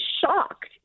shocked